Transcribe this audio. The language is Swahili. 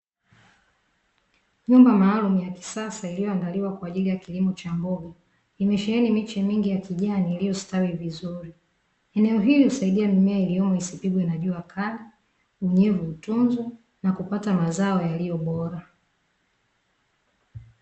Nyumba maalumu ya kisasa iliyoandaliwa kwa ajili ya kilimo cha mboga, imesheheni miche mingi ya kijani iliyositawi vizuri. Eneo hili husaidia mimea iliyomo isipigwe na jua kali, unyevu utunzwe na kupata mazao yaliyo bora.